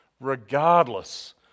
regardless